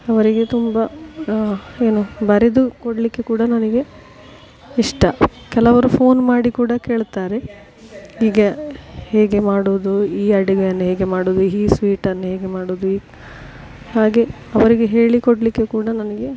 ಅವರಿಗೆ ತುಂಬ ಏನು ಬರೆದುಕೊಡಲಿಕ್ಕೆ ಕೂಡ ನನಗೆ ಇಷ್ಟ ಕೆಲವರು ಫೋನ್ ಮಾಡಿ ಕೂಡ ಕೇಳ್ತಾರೆ ಈಗ ಹೇಗೆ ಮಾಡುವುದು ಈ ಅಡುಗೆಯನ್ನು ಹೇಗೆ ಮಾಡುವುದು ಈ ಸ್ವೀಟನ್ನು ಹೇಗೆ ಮಾಡುವುದು ಹಾಗೆ ಅವರಿಗೆ ಹೇಳಿಕೊಡಲಿಕ್ಕೆ ಕೂಡ ನನಗೆ